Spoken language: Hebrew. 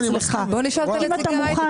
הוא אמר שרצו להתגמש,